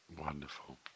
Wonderful